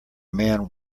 man